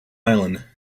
island